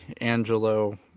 Angelo